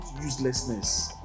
uselessness